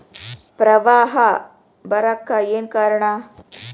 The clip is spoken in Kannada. ಪ್ರವಾಹ ಬರಾಕ್ ಏನ್ ಕಾರಣ?